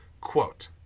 Quote